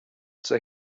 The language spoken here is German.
zur